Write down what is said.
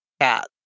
cat